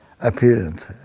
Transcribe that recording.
appearance